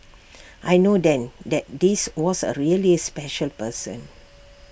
I know then that this was A really special person